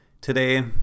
Today